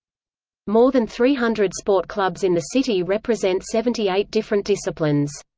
more than three hundred sport clubs in the city represent seventy eight different disciplines.